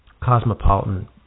cosmopolitan